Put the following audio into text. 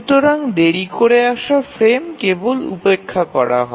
সুতরাং দেরী করে আসা ফ্রেম কেবল উপেক্ষা করা হয়